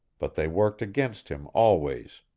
but they worked against him always.